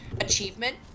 achievement